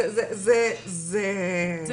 אני